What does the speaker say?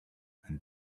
and